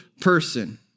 person